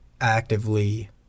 actively